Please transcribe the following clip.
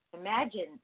Imagine